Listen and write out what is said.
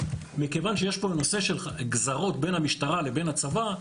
מכיוון שיש פה נושא של גזרות בין המשטרה לבין הצבא,